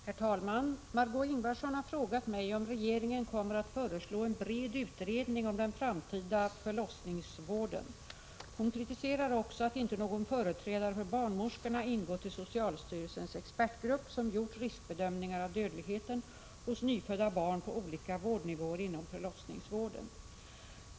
Herr talman! Margéö Ingvardsson har frågat mig om regeringen kommer att föreslå en bred utredning om den framtida förlossningsvården. Hon kritiserar också att inte någon företrädare för barnmorskorna ingått i socialstyrelsens expertgrupp som gjort riskbedömningar av dödligheten hos nyfödda barn på olika vårdnivåer inom förlossningsvården.